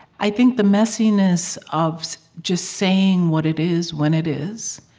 i think the messiness of just saying what it is, when it is